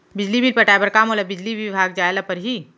बिजली बिल पटाय बर का मोला बिजली विभाग जाय ल परही?